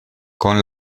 con